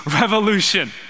Revolution